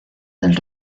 del